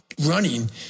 running